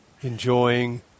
enjoying